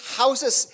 houses